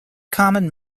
common